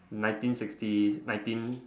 nineteen sixty nineteen